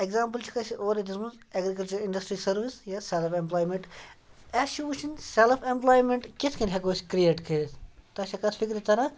example چکھ اَسہِ اورٕے دِژمٕژ ایٚگرِکَلچَر اِنڈَسٹرٛی سٔروِس یا سیٚلف ایٚمپلایمٮ۪نٛٹ اَسہِ چھِ وٕچھِنۍ سیٚلف ایٚمپلایمٮ۪نٛٹ کِتھ کٔنۍ ہٮ۪کو أسۍ کِرٛییٹ کٔرِتھ تۄہہِ چھا کَتھ فِکرِ تران